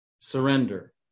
surrender